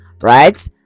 right